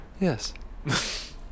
Yes